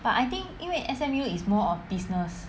but I think 因为 S_M_U is more of business